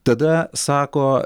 tada sako